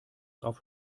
auf